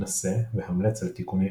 נסה והמלץ על תיקוני עטיפה.